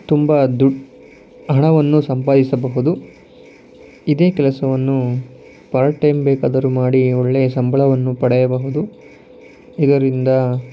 ತುಂಬ ದುಡ್ಡು ಹಣವನ್ನು ಸಂಪಾದಿಸಬಹುದು ಇದೇ ಕೆಲಸವನ್ನು ಪಾರ್ಟ್ ಟೈಮ್ ಬೇಕಾದರೂ ಮಾಡಿ ಒಳ್ಳೆಯ ಸಂಬಳವನ್ನು ಪಡೆಯಬಹುದು ಇದರಿಂದ